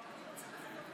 שוסטר: